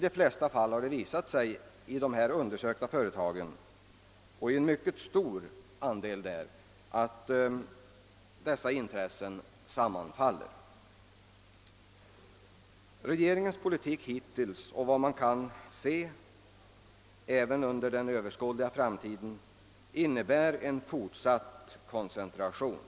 I de flesta fall har det i de undersökta företagen visat sig att dessa intressen sammanfaller. Regeringens hittillsvarande politik och, såvitt man kan se, även den som kommer att föras inom en överskådlig framtid innebär fortsatt koncentration.